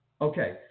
Okay